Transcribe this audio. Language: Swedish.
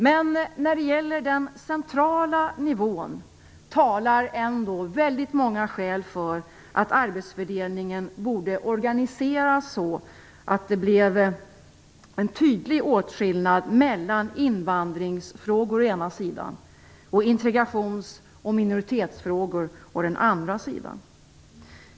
Men när det gäller den centrala nivån talar ändå väldigt många skäl för att arbetsfördelningen borde organiseras så att det blev en tydlig åtskillnad mellan invandringsfrågor å ena sidan och integrations och minoritetsfrågor å den andra sidan.